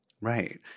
Right